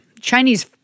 Chinese